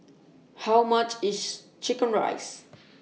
How much IS Chicken Rice